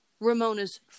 Ramona's